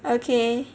okay